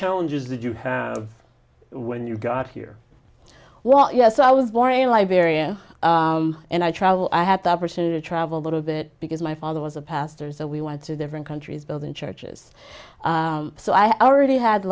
challenges did you have when you got here one yes i was born in liberia and i travel i had the opportunity to travel a little bit because my father was a pastor so we wanted to different countries build in churches so i already had